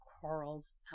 corals